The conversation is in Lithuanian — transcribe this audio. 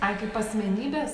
ai kaip asmenybės